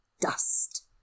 dust